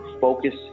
focus